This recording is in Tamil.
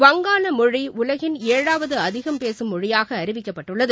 வங்காளமொழி உலகின் ஏழாவது அதிகம் பேசும் மொழியாக அறிவிக்கப்பட்டுள்ளது